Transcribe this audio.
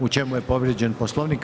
U čemu je povrijeđen Poslovnik?